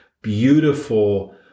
beautiful